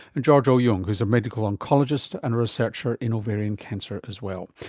and george au-yeung who is a medical oncologist and researcher in ovarian cancer as well.